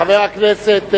חבר הכנסת זחאלקה,